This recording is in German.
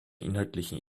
inhaltlichen